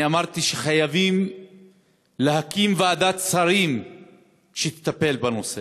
אמרתי שחייבים להקים ועדת שרים שתטפל בנושא.